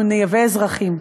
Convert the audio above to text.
אנחנו נייבא אזרחים.